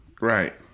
Right